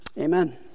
amen